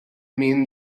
mean